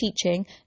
teaching